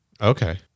Okay